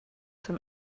zum